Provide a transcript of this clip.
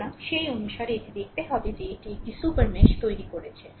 সুতরাং সেই অনুসারে এটি দেখতে হবে যে এটি একটি সুপার মেশ তৈরি করছে